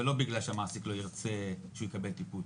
ולא בגלל שהמעסיק לא ירצה שהוא לא יקבל טיפול,